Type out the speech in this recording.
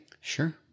Sure